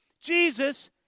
Jesus